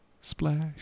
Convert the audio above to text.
Splash